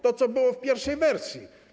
To, co było w pierwszej wersji.